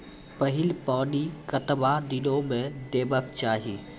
पहिल पानि कतबा दिनो म देबाक चाही?